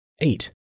Eight